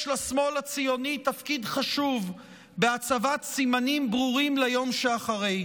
יש לשמאל הציוני תפקיד חשוב בהצבת סימנים ברורים ליום שאחרי.